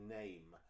name